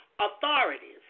authorities